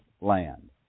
land